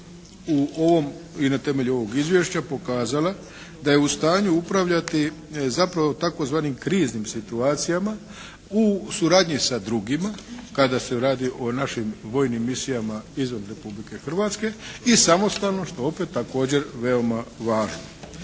u ovom i na temelju ovog izvješća pokazala da je u stanju upravljati zapravo u tzv. kriznim situacijama u suradnji sa drugima kada se radi o našim vojnim misijama izvan Republike Hrvatske i samostalno što je opet također veoma važno.